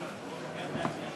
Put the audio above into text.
רגב.